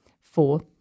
Four